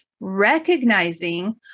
recognizing